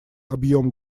объем